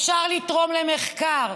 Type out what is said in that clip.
אפשר לתרום למחקר,